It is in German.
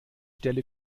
stelle